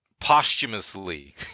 posthumously